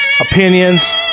opinions